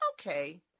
Okay